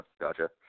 gotcha